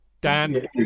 Dan